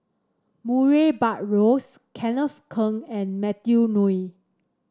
Murray Buttrose Kenneth Keng and Matthew Ngui